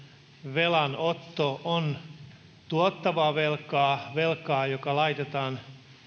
velanotto on tuottavaa velkaa velkaa joka laitetaan